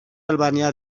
albania